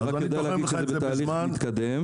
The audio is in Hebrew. אני רק יודע להגיד שזה בתהליך מתקדם.